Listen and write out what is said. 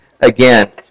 again